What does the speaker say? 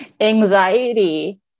Anxiety